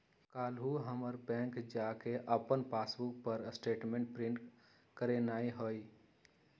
काल्हू हमरा बैंक जा कऽ अप्पन पासबुक पर स्टेटमेंट प्रिंट करेनाइ हइ